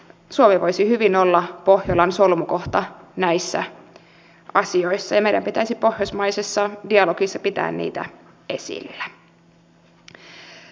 suomi voisi hyvin olla pohjolan solmukohta näissä asioissa ja meidän pitäisi pohjoismaisessa dialogissa pitää niitä esillä